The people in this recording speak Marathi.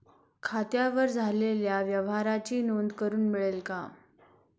खात्यावर झालेल्या व्यवहाराची नोंद करून मिळेल का?